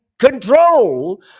control